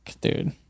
dude